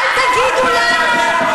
עבירות שבהן נלקחים חיי אדם.